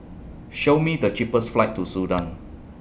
Show Me The cheapest flights to Sudan